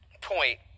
point